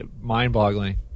mind-boggling